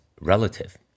relative